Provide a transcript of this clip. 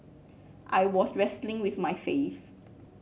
I was wrestling with my faith